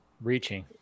reaching